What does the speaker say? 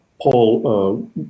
Paul